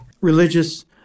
religious